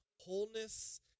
wholeness